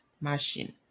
machine